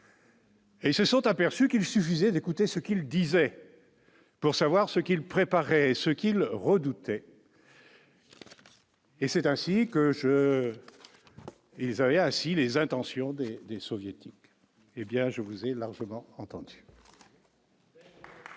Et se sont aperçus qu'il suffisait d'écouter ce qu'ils disaient pour savoir ce qu'il préparait ce qu'il redoutait. Et c'est ainsi que je et Zaria ainsi les intentions des Soviétiques, hé bien je vous avez largement entendu.